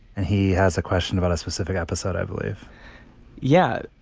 and he has a question about a specific episode, i believe yeah.